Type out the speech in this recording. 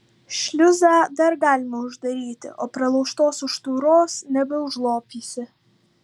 šliuzą dar galima uždaryti o pralaužtos užtūros nebeužlopysi